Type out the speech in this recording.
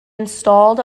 installed